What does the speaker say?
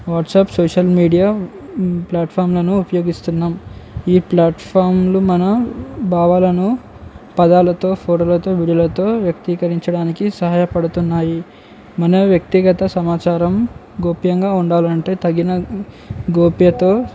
WhatsApp social media ప్లాట్ఫామ్లను ఉపయోగిస్తున్నాం ఈ ప్లాట్ఫామ్లు మన భావాలను పదాలతో ఫోటోలతో వీడియోలతో వ్యక్తీకరించడానికి సహాయపడుతున్నాయి మన వ్యక్తిగత సమాచారం గోప్యంగా ఉండాలంటే తగిన గోప్యత